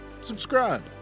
subscribe